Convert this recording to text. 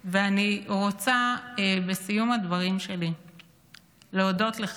ואני רוצה בסיום הדברים שלי להודות לך,